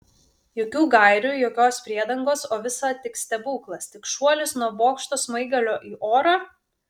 jokių gairių jokios priedangos o visa tik stebuklas tik šuolis nuo bokšto smaigalio į orą